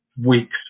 weeks